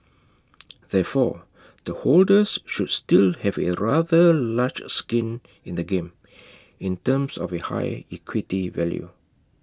therefore the holders should still have A rather large skin in the game in terms of A high equity value